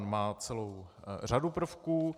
Má celou řadu prvků.